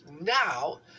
now